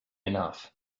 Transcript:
enough